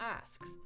asks